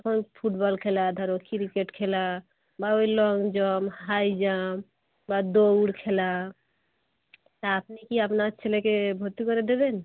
ওই ফুটবল খেলা ধরো ক্রিকেট খেলা বা ওই লং জাম্প হাই জাম্প বা দৌড় খেলা তা আপনি কি আপনার ছেলেকে ভর্তি করে দেবেন